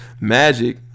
Magic